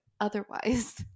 otherwise